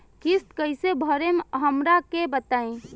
किस्त कइसे भरेम हमरा के बताई?